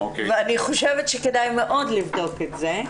אני חושבת שכדאי מאוד לבדוק את זה,